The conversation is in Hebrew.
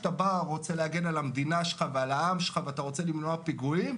שאתה בא ורוצה להגן על המדינה שלך ועל העם שלך ואתה רוצה למנוע פיגועים,